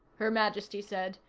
her majesty said.